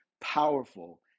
powerful